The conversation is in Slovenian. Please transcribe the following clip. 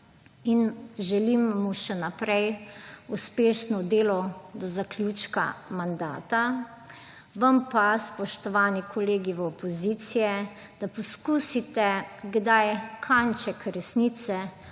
Želim mu še naprej uspešno delo do zaključka mandata. Vam pa, spoštovani kolegi v opoziciji, da poskusite kdaj kanček resnice,